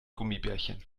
gummibärchen